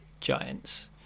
giants